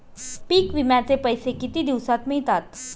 पीक विम्याचे पैसे किती दिवसात मिळतात?